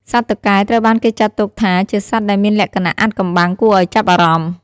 សត្វតុកែត្រូវបានគេចាត់ទុកថាជាសត្វដែលមានលក្ខណៈអាថ៌កំបាំងគួរឲ្យចាប់អារម្មណ៍។